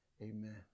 Amen